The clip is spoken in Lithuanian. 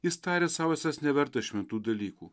jis taria sau esąs nevertas šventų dalykų